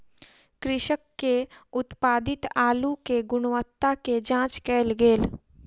कृषक के उत्पादित अल्लु के गुणवत्ता के जांच कएल गेल